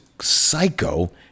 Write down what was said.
psycho